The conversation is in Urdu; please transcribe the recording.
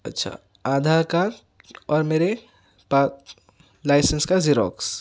اچھا آدھار کارڈ اور میرے پاس لائسینس کا زیروکس